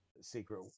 secret